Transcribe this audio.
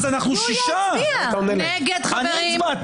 הצבעה